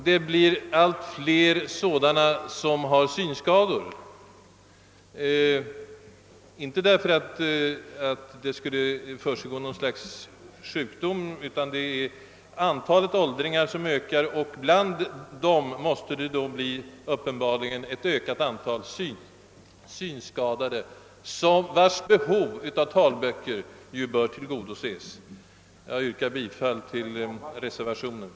Det blir då också allt fler gamla som har synskador — inte därför att något slags speciell ögonsjukdom skulle grassera bland dessa utan därför att totala antalet åldringar ökar och därmed också antalet gamla med synskador. Behovet av talböcker ökar då och bör tillgodoses. Herr talman! Jag yrkar bifall till reservation 16.